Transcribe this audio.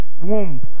womb